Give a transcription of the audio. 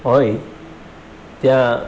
હોય ત્યાં